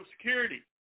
security